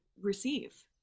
receive